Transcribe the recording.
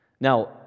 Now